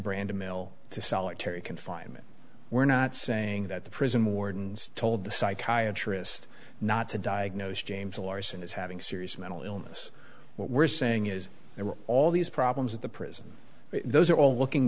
brandon mill to solitary confinement we're not saying that the prison wardens told the psychiatry rist not to diagnose james larson as having serious mental illness what we're saying is there were all these problems at the prison those are all looking